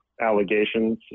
allegations